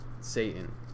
Satan